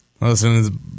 listen